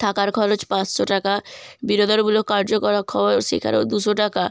থাকার খরচ পাঁচশো টাকা বিনোদনমূলক কার্যকলা খরচ সেখানেও দুশো টাকা